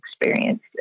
experience